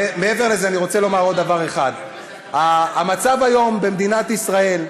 מעבר לזה אני רוצה לומר עוד דבר אחד: המצב היום במדינת ישראל,